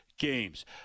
games